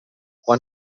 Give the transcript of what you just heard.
quan